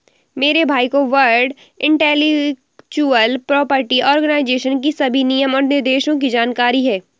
मेरे भाई को वर्ल्ड इंटेलेक्चुअल प्रॉपर्टी आर्गेनाईजेशन की सभी नियम और निर्देशों की जानकारी है